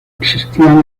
existían